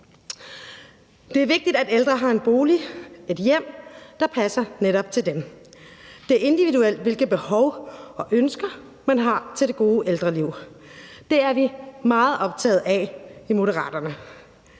Det er vigtigt, at ældre har en bolig, altså et hjem, der passer netop til dem. Det er individuelt, hvilke behov og ønsker man har til det gode ældreliv. Det er vi meget optaget af i Moderaterne.